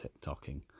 TikToking